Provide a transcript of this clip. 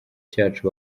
cyacu